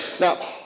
Now